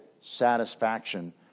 satisfaction